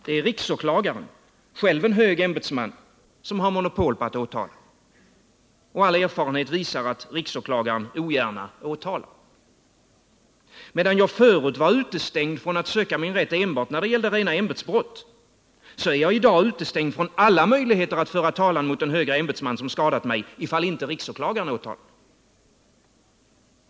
Det är riksåklagaren — själv en hög ämbetsman — som har monopol på att åtala. Och all erfarenhet visar att riksåklagaren ogärna åtalar. Medan jag tidigare var utestängd från att söka min rätt enbart när det gällde rena ämbetsbrott, är jag i dag utestängd från alla möjligheter att föra talan mot en högre ämbetsman som skadat mig, om inte riksåklagaren åtalar.